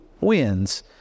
wins